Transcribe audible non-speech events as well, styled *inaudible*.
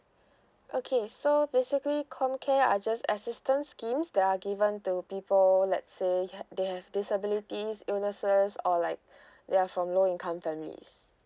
okay so basically comcare are just assistance schemes that are given to people let's say ha~ they have disabilities illnesses or like *breath* they're from low income families